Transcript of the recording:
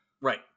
Right